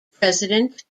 president